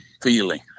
feeling